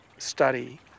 study